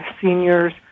seniors